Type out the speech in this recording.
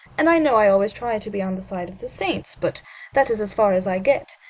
and i know i always try to be on the side of the saints, but that is as far as i get.